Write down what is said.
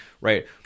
right